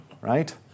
right